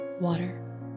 water